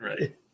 right